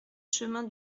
chemin